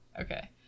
Okay